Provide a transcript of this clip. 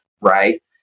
right